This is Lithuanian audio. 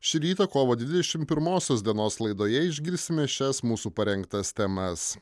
šį rytą kovo dvidešim pirmosios dienos laidoje išgirsime šias mūsų parengtas temas